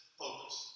focus